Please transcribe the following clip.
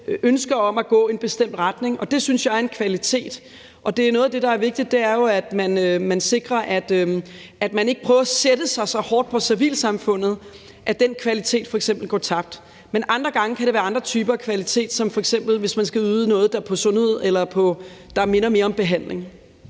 ønsker om at gå i en bestemt retning, og det synes jeg er en kvalitet. Og noget af det, der er vigtigt, er jo, at man sikrer, at man ikke prøver at sætte sig så hårdt på civilsamfundet, at den kvalitet f.eks. går tabt. Men andre gange kan det være andre typer kvalitet, som f.eks. hvis man skal yde noget, der minder mere om behandling.